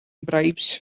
bribes